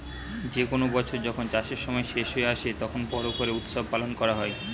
যে কোনো বছর যখন চাষের সময় শেষ হয়ে আসে, তখন বড়ো করে উৎসব পালন করা হয়